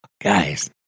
Guys